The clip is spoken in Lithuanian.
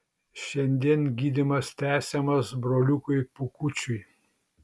šiandien gydymas tęsiamas broliukui pūkučiui